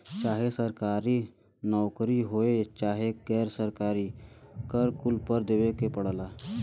चाहे सरकारी नउकरी होये चाहे गैर सरकारी कर कुल पर देवे के पड़ला